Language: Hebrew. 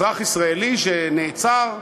אזרח ישראלי שנעצר,